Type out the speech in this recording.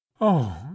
Oh